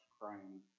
crying